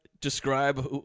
describe